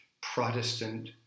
Protestant